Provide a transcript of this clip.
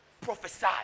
Prophesy